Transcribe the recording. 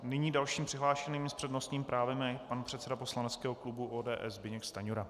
Nyní dalším přihlášeným s přednostním právem je pan předseda poslaneckého klubu ODS Zbyněk Stanjura.